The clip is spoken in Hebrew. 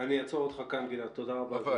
מאה אחוז, אני אעצור אותך כאן, גלעד, תודה רבה.